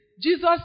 Jesus